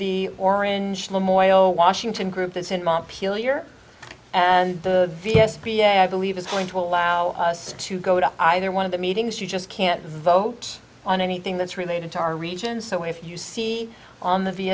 the orange memorial washington group that's in montpelier and the v s p i believe is going to allow us to go to either one of the meetings you just can't vote on anything that's related to our region so if you see on the v